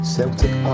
Celtic